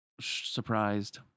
surprised